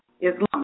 Islam